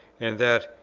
and that,